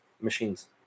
machines